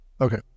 Okay